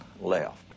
left